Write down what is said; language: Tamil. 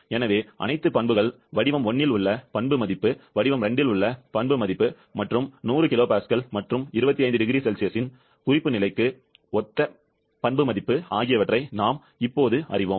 எனவே அனைத்து பண்புக்கள் வடிவ 1 இல் உள்ள பண்பு மதிப்பு வடிவ 2 இல் உள்ள பண்பு மதிப்பு மற்றும் 100 kPa மற்றும் 25 0C இன் குறிப்பு நிலைக்கு ஒத்த பண்பு மதிப்பு ஆகியவற்றை நாம் இப்போது அறிவோம்